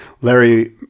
Larry